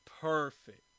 Perfect